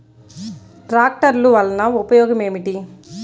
ట్రాక్టర్లు వల్లన ఉపయోగం ఏమిటీ?